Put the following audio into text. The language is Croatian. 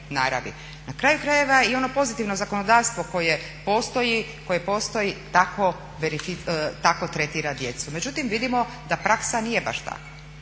Na kraju krajeva i ono pozitivno zakonodavstvo koje postoji tako tretira djecu. Međutim vidimo da praksa nije baš takva.